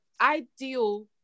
ideal